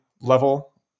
level